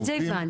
את זה הבנתי.